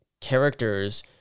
characters